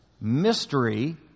Mystery